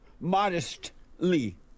Modestly